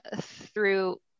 through-